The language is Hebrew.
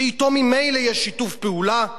שאתו ממילא יש שיתוף פעולה,